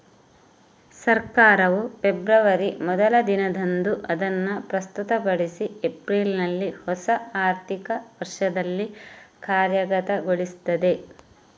ಸರ್ಕಾರವು ಫೆಬ್ರವರಿ ಮೊದಲ ದಿನದಂದು ಅದನ್ನು ಪ್ರಸ್ತುತಪಡಿಸಿ ಏಪ್ರಿಲಿನಲ್ಲಿ ಹೊಸ ಆರ್ಥಿಕ ವರ್ಷದಲ್ಲಿ ಕಾರ್ಯಗತಗೊಳಿಸ್ತದೆ